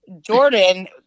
Jordan